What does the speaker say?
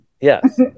Yes